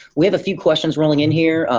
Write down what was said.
we have a few questions rolling in here.